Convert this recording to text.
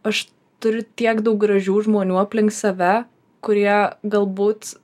aš turiu tiek daug gražių žmonių aplink save kurie galbūt